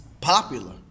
popular